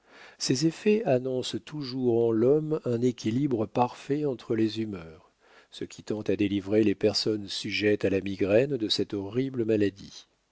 ces effets annoncent toujours en l'homme un équilibre parfait entre les humeurs ce qui tend à délivrer les personnes sujettes à la migraine de cette horrible maladie